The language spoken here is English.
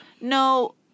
No